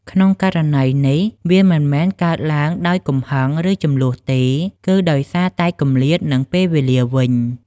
ក្នុងករណីនេះ វាមិនមែនកើតឡើងដោយកំហឹង ឬជម្លោះទេ គឺដោយសារតែគម្លាត និងពេលវេលាវិញ។